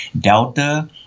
delta